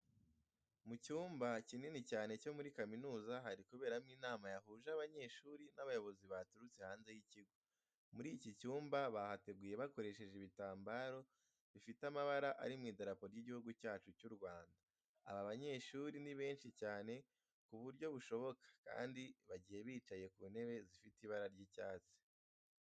Mu cyumba kinini cyane cyo muri kaminuza hari kuberamo inama yahuje abanyeshuri n'abayobozi baturutse hanze y'ikigo. Muri iki cyumba bahateguye bakoresheje ibitambaro bifite amabara ari mu idarapo ry'igihugu cyacu cy'u Rwanda. Aba banyeshuri ni benshi cyane ku buryo bushoboka kandi bagiye bicaye ku ntebe zifite ibara ry'icatsi.